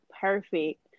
perfect